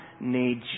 need